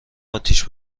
اتیش